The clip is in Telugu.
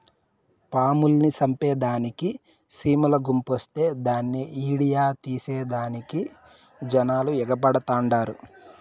పాముల్ని సంపేదానికి సీమల గుంపొస్తే దాన్ని ఈడియో తీసేదానికి జనాలు ఎగబడతండారు